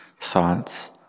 thoughts